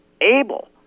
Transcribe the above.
able